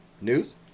news